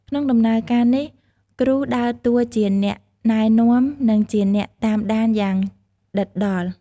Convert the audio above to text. ក្នុងដំណើរការនេះ គ្រូដើរតួជាអ្នកណែនាំ និងជាអ្នកតាមដានយ៉ាងដិតដល់។